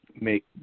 make